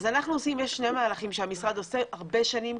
יש שני מהלכים שהמשרד עושה כבר הרבה שנים,